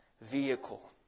vehicle